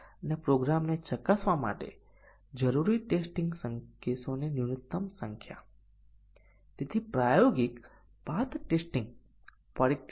અને તેથી એક અને ચાર એ A નું સ્વતંત્ર મૂલ્યાંકન પ્રાપ્ત કરતા નથી 1 0 વિશે શું